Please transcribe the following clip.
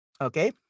Okay